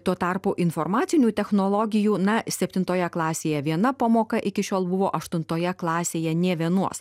tuo tarpu informacinių technologijų na septintoje klasėje viena pamoka iki šiol buvo aštuntoje klasėje nė vienos